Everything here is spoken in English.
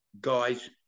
guys